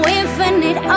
infinite